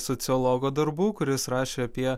sociologo darbų kuris rašė apie